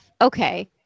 okay